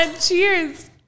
Cheers